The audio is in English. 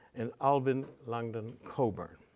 and alvin langdon coburn.